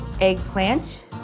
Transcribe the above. eggplant